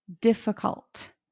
difficult